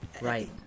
Right